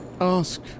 ask